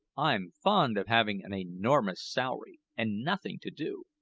i'm fond of having an enormous salary and nothing to do.